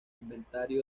inventario